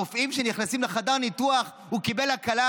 רופאים שנכנסים לחדר ניתוח הוא קיבל הקלה,